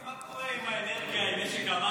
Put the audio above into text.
תגיד לי, מה קורה עם האנרגיה, עם משק המים?